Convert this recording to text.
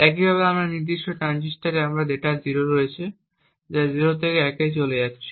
একইভাবে এই নির্দিষ্ট ট্রানজিশনে আমাদের কাছে ডেটা 0 রয়েছে যা 0 থেকে 1 এ চলে যাচ্ছে